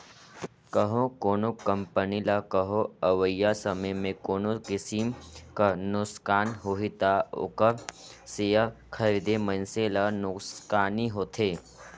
कहों कोनो कंपनी ल कहों अवइया समे में कोनो किसिम कर नोसकान होही ता ओकर सेयर खरीदे मइनसे ल नोसकानी होथे